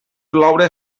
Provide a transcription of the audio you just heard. ploure